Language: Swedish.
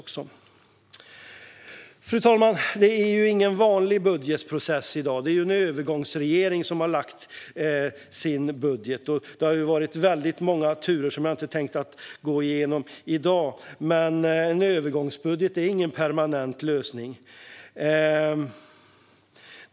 Fru talman! Det är ingen vanlig budgetprocess i dag, utan det är en övergångsregering som har lagt fram sin budget. Det har varit väldigt många turer som jag inte har tänkt gå igenom i dag, men en övergångsbudget är ingen permanent lösning.